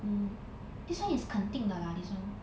mm this one is 肯定的啦 this one